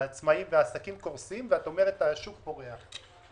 והעצמאיים והעסקים קורסים ואת אומרת שהשוק פורח.